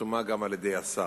חתומה גם על-ידי השר.